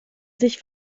sich